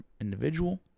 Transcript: individual